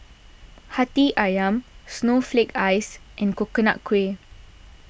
Hati Ayam Snowflake Ice and Coconut Kuih